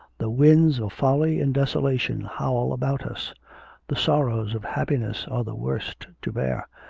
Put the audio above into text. the winds of folly and desolation howl about us the sorrows of happiness are the worst to bear,